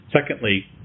Secondly